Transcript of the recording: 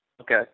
okay